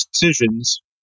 decisions